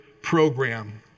program